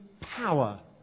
power